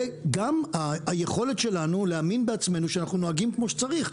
וגם היכולת שלנו להאמין בעצמנו שאנחנו נוהגים כמו שצריך,